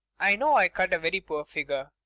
i know i cut a very poor figure.